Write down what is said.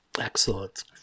Excellent